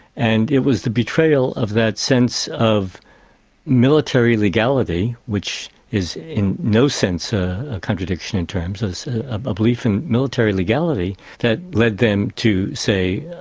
and it was the betrayal of that sense of military legality, which is in no sense a contradiction in terms it's a belief in military legality that led them to say,